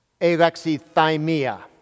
Alexithymia